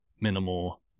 minimal